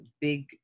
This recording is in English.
big